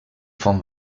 von